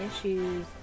issues